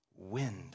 Wind